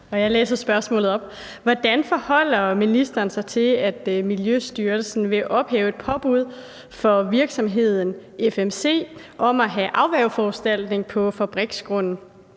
Jeg læser spørgsmålet op: Hvordan forholder ministeren sig til, at Miljøstyrelsen vil ophæve et påbud over for virksomheden FMC Cheminova om at have afværgeforanstaltning på fabriksgrunden,